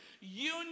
union